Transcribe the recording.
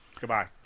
Goodbye